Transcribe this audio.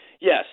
Yes